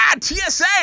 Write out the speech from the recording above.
TSA